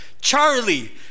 charlie